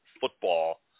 football